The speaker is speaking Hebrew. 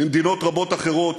ממדינות רבות אחרות.